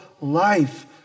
life